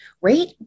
right